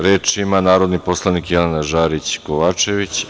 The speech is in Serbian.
Reč ima narodni poslanik Jelena Žarić Kovačević.